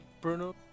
Bruno